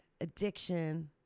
addiction